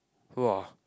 !wah!